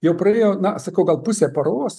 jau praėjo na sakau gal pusę paros